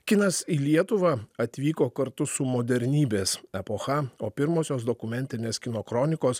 kinas į lietuvą atvyko kartu su modernybės epocha o pirmosios dokumentinės kino kronikos